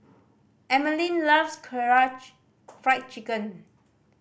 Emeline loves Karaage Fried Chicken